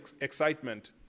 excitement